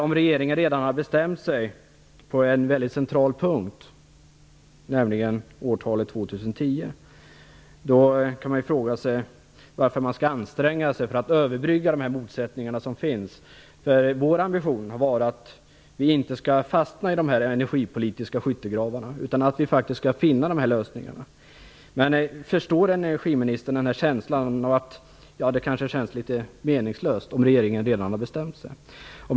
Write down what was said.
Om regeringen redan har bestämt sig på en väldigt central punkt, nämligen årtalet 2010, kan man fråga sig varför man skall anstränga sig för att överbrygga de motsättningar som finns. Kds ambition har varit att vi inte skall fastna i de energipolitiska skyttegravarna utan att vi faktiskt skall finna lösningar. Förstår energiministern att det känns litet meningslöst om regeringen redan har bestämt sig?